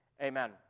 amen